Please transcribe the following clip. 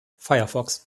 firefox